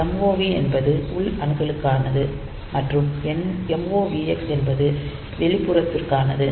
MOV என்பது உள் அணுகலுக்கானது மற்றும் MOVX என்பது வெளிப்புறத்திற்கானது